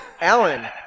Alan